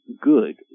good